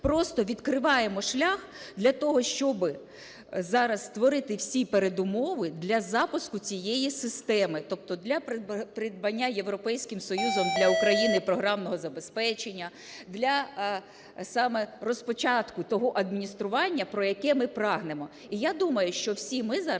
просто відкриваємо шлях для того, щоби зараз створити всі передумови для запуску цієї системи. Тобто для придбання Європейським Союзом для України програмного забезпечення, для саме початку того адміністрування, про яке ми прагнемо.